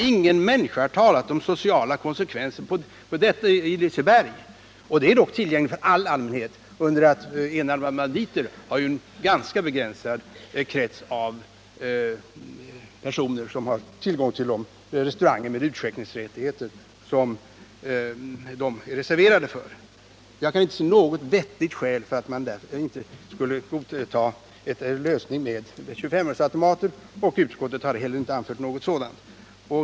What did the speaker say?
Ingen människa har talat om socialt olyckliga konsekvenser av detta, och Liseberg är dock tillgängligt för den stora allmänheten, under det att det är en ganska begränsad krets av personer som har tillgång till de restauranger med utskänkningsrättigheter som de enarmade banditerna är reserverade för. Jag kan inte se något vettigt skäl för att man inte skulle godta en lösning i form av 25-öresautomater. Utskottet har inte heller anfört något sådant.